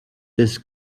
this